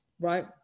right